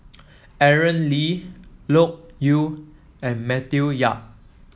Aaron Lee Loke Yew and Matthew Yap